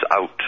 out